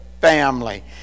family